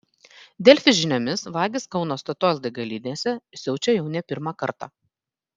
delfi žiniomis vagys kauno statoil degalinėse siaučia jau ne pirmą kartą